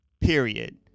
Period